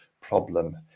problem